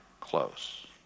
close